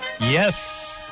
Yes